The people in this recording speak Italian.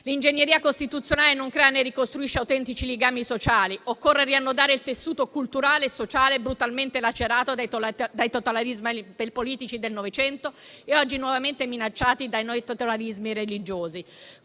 L'ingegneria costituzionale non crea né ricostruisce autentici legami sociali. Occorre riannodare il tessuto culturale e sociale brutalmente lacerato dai totalitarismi politici del Novecento e oggi nuovamente minacciati da nuovi totalitarismi religiosi.